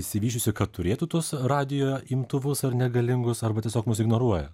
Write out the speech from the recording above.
išsivysčiusi kad turėtų tuos radijo imtuvus ar ne galingus arba tiesiog mus ignoruoja